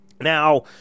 now